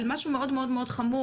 על משהו מאוד מאוד חמור.